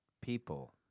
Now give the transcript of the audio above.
people